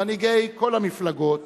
מנהיגי כל המפלגות